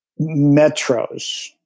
metros